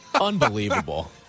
Unbelievable